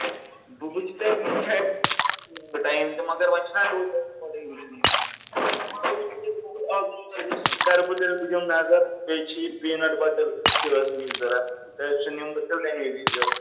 بہٕ وٕچھِ تہِ ٹایِم تہٕ مگر وۄنۍ چھُ نَہ گۄڈَے وُچھُن بہٕ دِمہٕ نظر بیٚیہِ چھِ یہِ پیٖنٹ بَٹر تہِ ٲس نِنۍ ضوٚرتھ سُہ نِمہٕ بہٕ تیٚلہِ تَمی وِزِ